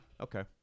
Okay